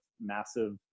massive